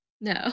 No